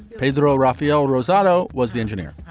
pedro rafael rosato was the engineer